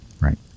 right